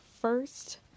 first